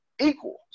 equal